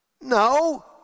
No